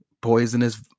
poisonous